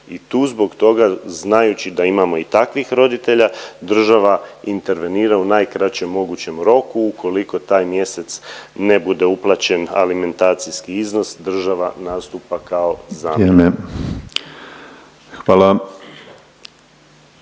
I tu zbog toga znajući da imamo i takvih roditelja država intervenira u najkraćem mogućem roku ukoliko taj mjesec ne bude uplaćen alimentacijski iznos država nastupa kao zamjena.